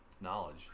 knowledge